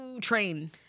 train